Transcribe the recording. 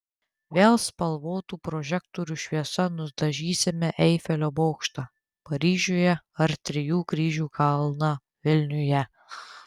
vėl spalvotų prožektorių šviesa nudažysime eifelio bokštą paryžiuje ar trijų kryžių kalną vilniuje